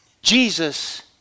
Jesus